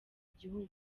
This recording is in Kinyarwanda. igihugu